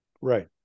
Right